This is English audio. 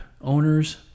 owners